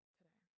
today